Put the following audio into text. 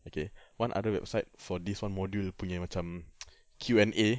okay one other website for this one punya module macam Q&A